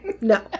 No